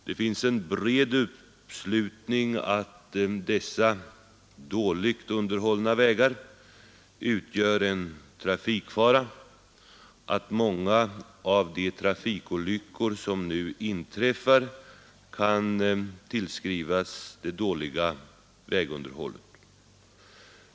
Det finns en bred uppslutning omkring uppfattningen att dessa dåligt underhållna vägar utgör en trafikfara och att många av de trafikolyckor som nu inträffar kan tillskrivas det dåliga vägunderhållet.